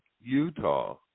Utah